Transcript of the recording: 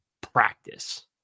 practice